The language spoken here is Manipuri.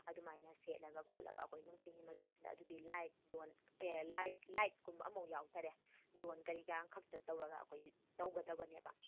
ꯑꯗꯨꯃꯥꯏꯅ ꯁꯦꯠꯂꯒ ꯈꯣꯠꯂꯒ ꯑꯩꯈꯣꯏ ꯅꯨꯡꯊꯤꯜꯒꯤ ꯃꯇꯝꯁꯤꯗ ꯑꯗꯨꯗꯤ ꯂꯥꯏꯠ ꯗꯣꯟ ꯑꯦ ꯂꯥꯏꯠ ꯂꯥꯏꯠꯀꯨꯝꯕ ꯑꯝꯕꯣꯛ ꯌꯥꯎꯗꯔꯦ ꯗꯣꯟ ꯀꯔꯤꯀꯔꯥꯡ ꯈꯛꯇ ꯇꯧꯔꯒ ꯑꯩꯈꯣꯏꯒꯤ ꯇꯧꯒꯗꯕꯅꯦꯕ